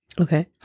Okay